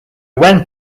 when